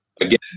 again